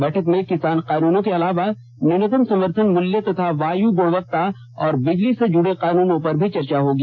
बैठक में किसान कानूनों के अलावा न्यूनतम समर्थन मूल्य तथा वायु गुणवत्ता और बिजली से जुडे कानूनों पर भी चर्चा होगी